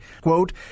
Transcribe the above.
Quote